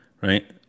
right